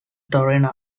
torino